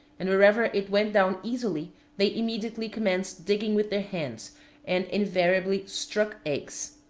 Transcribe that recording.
and wherever it went down easily they immediately commenced digging with their hands and invariably struck eggs.